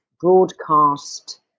broadcast